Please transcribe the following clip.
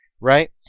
right